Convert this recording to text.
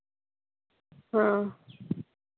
ᱦᱮᱸ